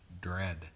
dread